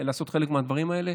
לעשות חלק מהדברים האלה,